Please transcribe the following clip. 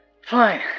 Fine